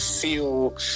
feel